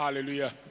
Hallelujah